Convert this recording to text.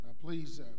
Please